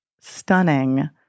stunning